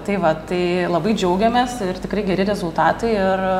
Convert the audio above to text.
tai va tai labai džiaugiamės ir tikrai geri rezultatai ir